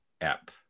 app